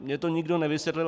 Mně to nikdo nevysvětlil.